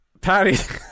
Patty